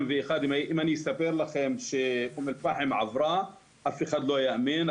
אם אני אספר לכם שאום אל פחם עברה אף אחד לא יאמין.